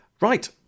Right